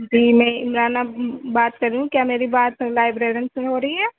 جی میں عمرانہ بات کر رہی ہوں کیا میری بات لائبریرین سے ہو رہی ہے